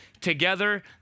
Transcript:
together